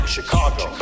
Chicago